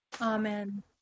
Amen